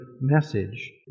message